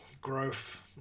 growth